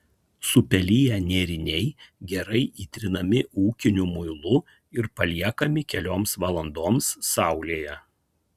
supeliję nėriniai gerai įtrinami ūkiniu muilu ir paliekami kelioms valandoms saulėje